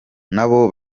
nabo